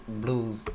Blues